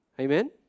Amen